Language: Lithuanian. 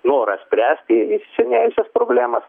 norą spręsti įsisenėjusias problemas